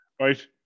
right